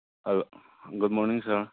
hello good morning sir